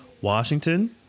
washington